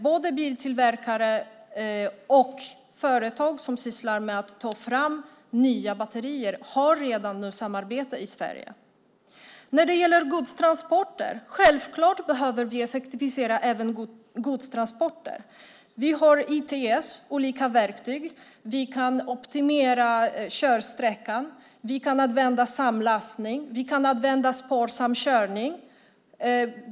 Både biltillverkare och företag som sysslar med att ta fram nya batterier har redan samarbete i Sverige. Självklart behöver vi effektivisera godstransporter. Vi har ITS olika verktyg. Vi kan optimera körsträckan. Vi kan använda samlastning och sparsam körning.